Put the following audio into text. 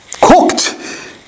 cooked